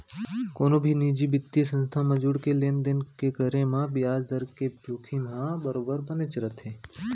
कोनो भी निजी बित्तीय संस्था म जुड़के लेन देन के करे म बियाज दर के जोखिम ह बरोबर बनेच रथे